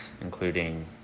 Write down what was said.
including